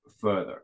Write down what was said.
further